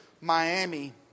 Miami